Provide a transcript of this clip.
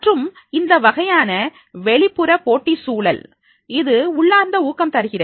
மற்றும் இந்தவகையான வெளிப்புற போட்டி சூழல் இது உள்ளார்ந்த ஊக்கம் தருகிறது